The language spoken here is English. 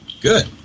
good